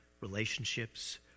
relationships